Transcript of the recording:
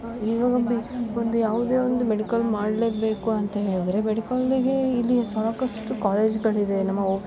ಈಗ ಒಮ್ಮೆ ಒಂದು ಯಾವುದೇ ಒಂದು ಮೆಡಿಕಲ್ ಮಾಡಲೇಬೇಕು ಅಂತ ಹೇಳಿದ್ರೆ ಮೆಡಿಕಲ್ಲಿಗೆ ಇಲ್ಲಿ ಸಾಕಷ್ಟು ಕಾಲೇಜ್ಗಳಿವೆ ನಮ್ಮವೊ